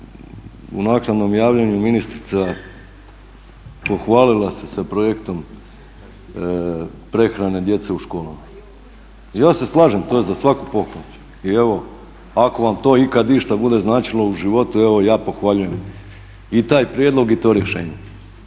u naknadnom javljanju ministrica pohvalila se sa projektom prehrane djece u školama. Ja se slažem, to je za svaku pohvalu i evo ako vam to ikad išta bude značilo u životu, evo ja pohvaljujem i taj prijedlog i to rješenje.